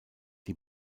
die